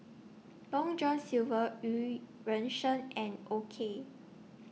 Long John Silver EU Ren Sang and O K